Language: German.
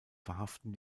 verhaften